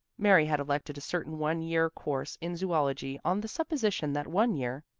mary had elected a certain one year course in zoology on the supposition that one year,